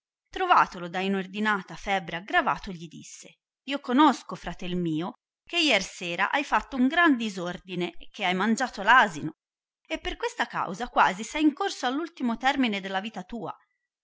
trovatolo da inordinata febbre aggravato gli disse io conosco fratel mio che iersera hai latto un gi'an disordine che hai mangiato asino e per questa causa quasi sei incorso all ultimo termine della vita tua